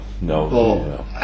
no